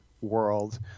world